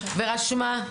ורשמה.